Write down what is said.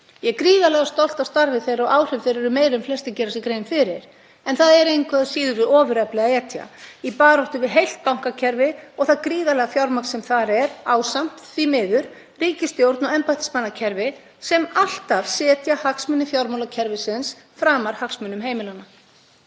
Ég er gríðarlega stolt af starfi þeirra og áhrif þeirra eru meiri en flestir gera sér grein fyrir. En það er engu að síður við ofurefli að etja í baráttu við heilt bankakerfi og það gríðarlega fjármagn sem þar er, ásamt, því miður, ríkisstjórn og embættismannakerfi sem alltaf setja hagsmuni fjármálakerfisins framar hagsmunum heimilanna.